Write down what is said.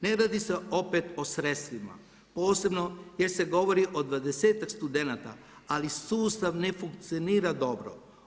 Ne radi se opet o sredstvima, posebno jer se govori o 20-tak studenata, ali sustav ne funkcionira dobro.